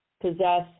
possess